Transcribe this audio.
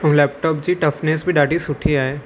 हुन लैपटॉप जी टफनैस बि ॾाढी सुठी आहे